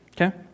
Okay